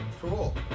Cool